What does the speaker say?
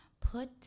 put